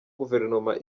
guverinoma